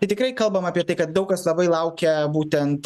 tai tikrai kalbam apie tai kad daug kas labai laukia būtent